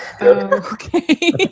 Okay